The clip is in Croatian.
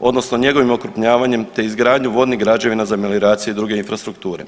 odnosno njegovim okrupnjavanjem te izgradnju vodnih građevina za melioracije i druge infrastrukture.